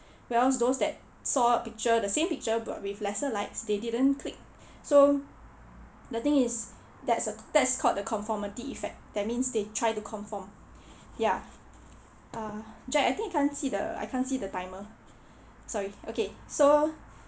whereas those that saw picture the same picture but with lesser likes they didn't click so the thing is that's that's called a conformity effect that means they try to conform ya uh jack I think I can't the I can't see the timer sorry okay so